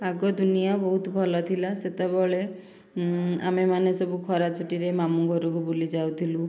ଆଗ ଦୁନିଆଁ ବହୁତ ଭଲ ଥିଲା ସେତେବେଳେ ଆମେମାନେ ସବୁ ଖରା ଛୁଟିରେ ମାମୁଁ ଘରକୁ ବୁଲି ଯାଉଥିଲୁ